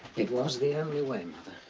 it was the only way mother.